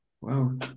Wow